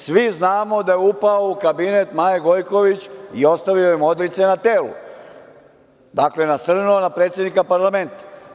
Svi znamo da je upao u Kabinet Maje Gojković i ostavio joj modrice na telu, dakle, nasrnuo na predsednika parlamenta.